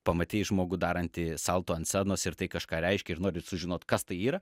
pamatyti žmogų darantį salto ant scenos ir tai kažką reiškia ir nori sužinot kas tai yra